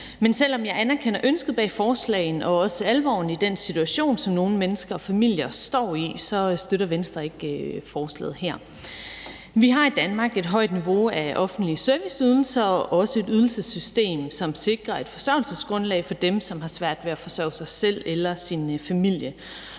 Men selv om jeg anerkender ønsket bag forslaget og også alvoren i den situation, som nogle mennesker og familier står i, støtter Venstre ikke forslaget her. Vi har i Danmark et højt niveau af offentlige serviceydelser og også et ydelsessystem, som sikrer et forsørgelsesgrundlag for dem, som har svært ved at forsørge sig selv eller sin familie.